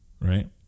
right